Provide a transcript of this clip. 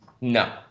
No